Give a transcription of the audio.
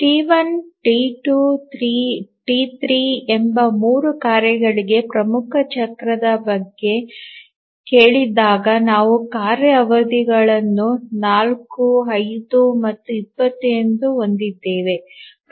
T 1 T 2 T 3 ಎಂಬ 3 ಕಾರ್ಯಗಳಿಗೆ ಪ್ರಮುಖ ಚಕ್ರದ ಬಗ್ಗೆ ಕೇಳಿದಾಗ ನಾವು ಕಾರ್ಯ ಅವಧಿಗಳನ್ನು 4 5 ಮತ್ತು 20 ಎಂದು ಹೊಂದಿದ್ದೇವೆ